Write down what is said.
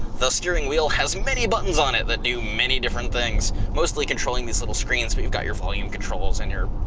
the steering wheel has many buttons on it that do many different things. mostly controlling these little screens. but you've got your volume controls and your